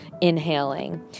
inhaling